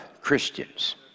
Christians